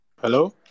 Hello